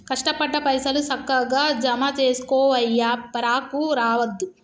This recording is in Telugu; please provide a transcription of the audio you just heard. కష్టపడ్డ పైసలు, సక్కగ జమజేసుకోవయ్యా, పరాకు రావద్దు